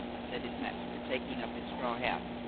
said his master, taking up his straw hat.